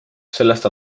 sellest